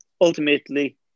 ultimately